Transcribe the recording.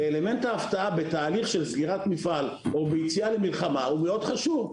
אלמנט ההפתעה בתהליך של סגירת מפעל או ביציאה למלחמה הוא מאוד חשוב,